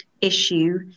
issue